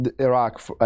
Iraq